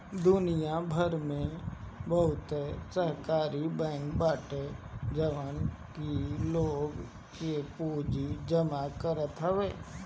दुनिया भर में बहुते सहकारी बैंक बाटे जवन की लोग के पूंजी जमा करत हवे